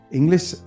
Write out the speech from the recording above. English